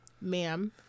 ma'am